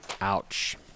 Ouch